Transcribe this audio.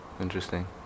Interesting